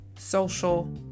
social